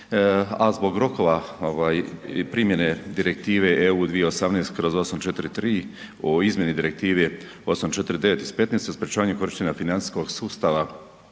a zbog rokova ovaj i primjene Direktive EU 2018/843 o izmjeni Direktive 849 iz '15.-te o sprječavanju korištenja financijskog sustava